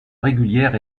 régulière